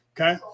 okay